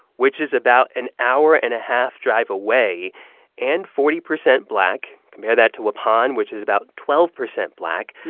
which is about an hour and a half drive away and forty percent black. compare that to waupun, which is about twelve percent black,